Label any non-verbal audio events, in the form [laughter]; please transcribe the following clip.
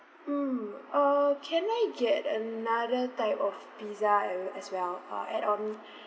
mm uh can I get another type of pizza a~ as well uh add on [breath]